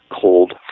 cold